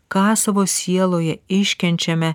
ką savo sieloje iškenčiame